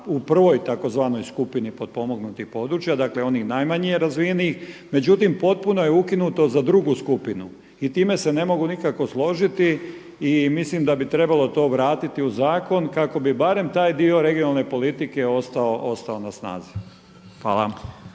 u prvoj tzv. skupini potpomognutih područja, dakle onih najmanje razvijenih. Međutim, potpuno je ukinuto za drugu skupinu i time se ne mogu nikako složiti i mislim da bi trebalo to vratiti u zakon kako bi barem taj dio regionalne politike ostao na snazi. Hvala.